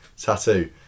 tattoo